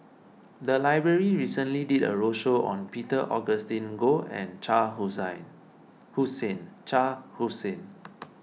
the library recently did a roadshow on Peter Augustine Goh and Shah Hussain Shah Hussain